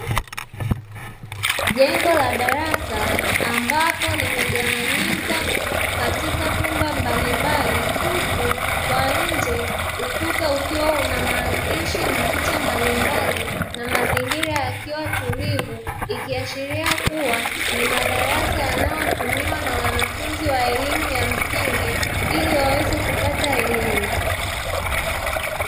Jengo la darasa ambapo limegawanyika katika vyumba mbalimbali, huku kwa nje ukuta ukiwa na maandishi na picha mbalimbali na mazingira yakiwa tulivu, ikiashiria kuwa ni madarasa yanayotumiwa na wanafunzi wa elimu ya msingi ili waweze kupata elimu.